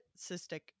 cystic